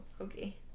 okay